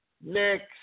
next